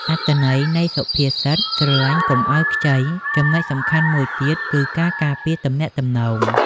អត្ថន័យនៃសុភាសិត "ស្រឡាញ់កុំឲ្យខ្ចី" ចំណុចសំខាន់មួយទៀតគឺការការពារទំនាក់ទំនង។